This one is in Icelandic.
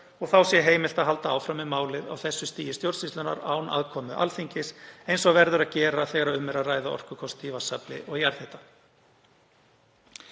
Þá sé heimilt að halda áfram með málið á þessu stigi stjórnsýslunnar án aðkomu Alþingis eins og verður að gera þegar um er að ræða orkukosti í vatnsafli og jarðhita.